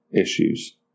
issues